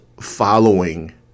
following